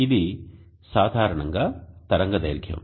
ఇది సాధారణంగా తరంగదైర్ఘ్యం